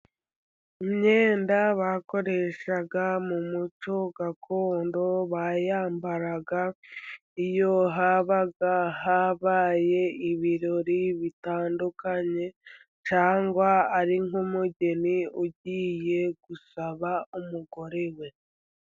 Imyenda bakoresha mu muco gakondo bayambaraga iyo habaga habaye ibirori bitandukanye cyangwa ari nk'umugeni ugiye gusaba umugore we.